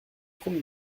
trente